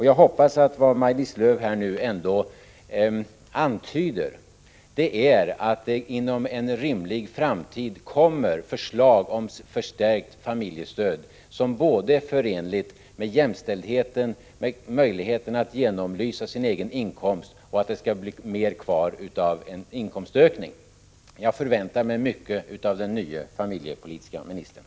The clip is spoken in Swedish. Jag hoppas att vad Maj-Lis Lööw här ändå antyder är att det inom en rimlig framtid kommer förslag om förstärkt familjestöd, som både är förenligt med jämställdheten, med möjligheten att ”genomlysa” sin inkomst och att det skall bli mer kvar av en inkomstökning. Jag förväntar mig mycket av den nya familjepolitiska ministern.